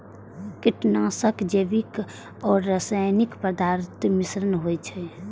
कीटनाशक जैविक आ रासायनिक पदार्थक मिश्रण होइ छै